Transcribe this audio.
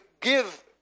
give